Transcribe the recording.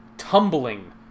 tumbling